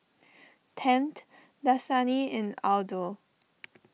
Tempt Dasani and Aldo